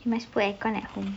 must put air at home